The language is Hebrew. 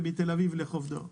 ומתל אביב לחוף דור.